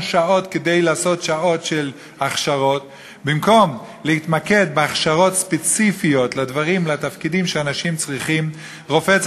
אותך, אתה יכול להקשיב או ללכת לדרכך, אבל